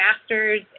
master's